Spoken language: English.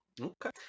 Okay